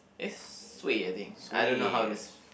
eh suay I think I don't know how this